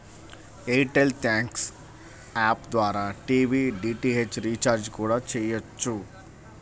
air tell thanks app ద్వారా TV DTH recharge కూడా చెయ్యొచ్చు